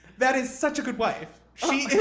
that is such a good wife. she